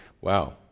wow